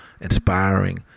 inspiring